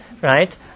right